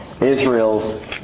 Israel's